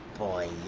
boy.